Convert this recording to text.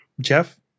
Jeff